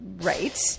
Right